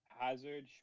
Hazard